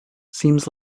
seems